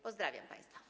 Pozdrawiam państwa.